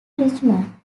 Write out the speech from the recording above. richmond